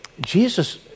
Jesus